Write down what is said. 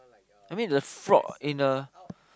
I mean the frog in a